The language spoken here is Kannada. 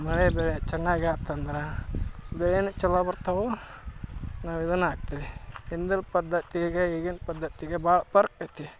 ಮಳೆ ಬೆಳೆ ಚೆನ್ನಾಗಿ ಆತು ಅಂದ್ರೆ ಬೆಳೆನೂ ಚಲೋ ಬರ್ತವೆ ನಾವು ಇದನ್ನು ಹಾಕ್ತಿವಿ ಹಿಂದಿನ್ ಪದ್ದತಿಗೆ ಈಗಿನ ಪದ್ದತಿಗೆ ಭಾಳ ಫರಕ್ ಐತಿ